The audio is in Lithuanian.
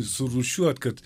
surūšiuot kad